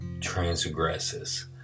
transgresses